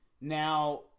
now